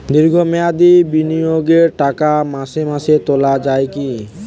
দীর্ঘ মেয়াদি বিনিয়োগের টাকা মাসে মাসে তোলা যায় কি?